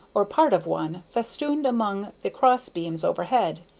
or part of one, festooned among the cross-beams overhead,